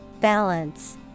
Balance